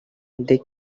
they